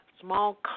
small